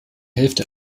hälfte